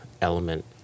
element